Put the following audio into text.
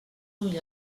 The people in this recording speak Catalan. ull